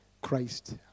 Christ